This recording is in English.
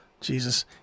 Jesus